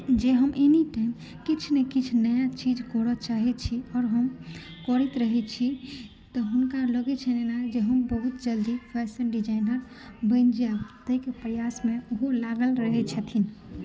जे हम एनीटाइम किछु ने किछु नया चीज करय चाहैत छी आओर हम करैत रहैत छी तऽ हुनका लगैत छनि एना जे हम बहुत जल्दी फैशन डिज़ाइनर बनि जायब ताहिके प्रयासमे ओहो लागल रहैत छथिन